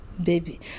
baby